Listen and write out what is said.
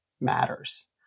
matters